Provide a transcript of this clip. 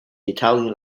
italian